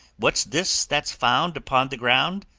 what's this that's found upon the ground?